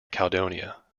caledonia